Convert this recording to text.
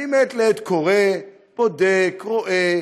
מעת לעת אני קורא, בודק, רואה,